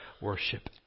worship